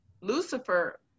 Lucifer